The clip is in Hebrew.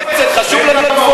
פתאום קופצת, חשוב לה לקפוץ.